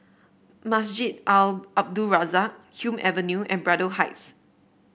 Masjid Al Abdul Razak Hume Avenue and Braddell Heights